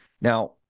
Now